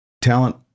Talent